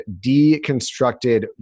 deconstructed